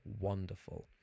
wonderful